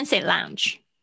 lounge